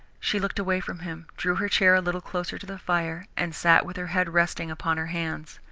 she looked away from him, drew her chair a little closer to the fire, and sat with her head resting upon her hands.